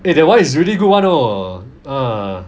eh that one is really good [one] !whoa! ah